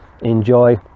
enjoy